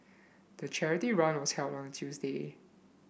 the charity run was held on a Tuesday